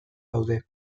gaude